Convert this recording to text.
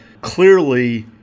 clearly